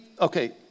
okay